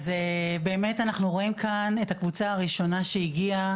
אז באמת אנחנו רואים כאן את הקבוצה הראשונה שהגיעה